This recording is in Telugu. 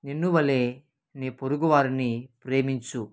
నిన్నువలే నీ పొరుగు వారిని ప్రేమించు